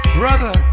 brother